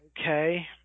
okay